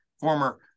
former